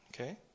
Okay